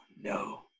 no